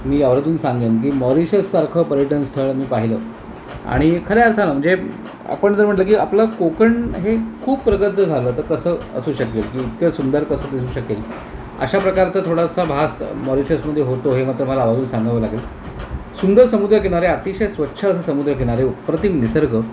मी आर्वजून सांगेन की मॉरीशससारखं पर्यटन स्थळ मी पाहिलं आणि खऱ्या अर्थानं म्हणजे आपण जर म्हटलं की आपलं कोकण हे खूप प्रगत झालं तर कसं असू शकेल की इतकं सुंदर कसं दिसू शकेल अशा प्रकारचा थोडासा भास मॉरीशसमध्ये होतो हे मात्र मला आर्वजून सांगावं लागेल सुंदर समुद्रकिनारे अतिशय स्वच्छ असं समुद्रकिनारे अप्रतिम निसर्ग